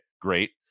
great